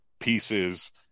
pieces